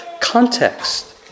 context